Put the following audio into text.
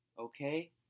Okay